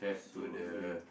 so hungry